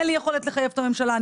אין לי יכולת לחייב את הממשלה,